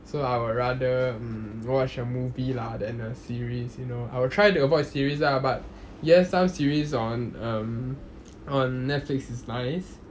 so I would rather mm watch a movie lah than a series you know I would try to watch series ah but yes some series on um on Netflix is nice